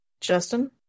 Justin